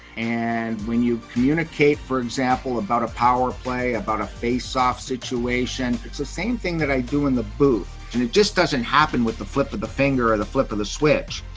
and when you communicate, for example, about a power play, about a face-off situation, it's the same thing that i do in the booth. and it just doesn't happen with the flip of the finger or the flip of the switch.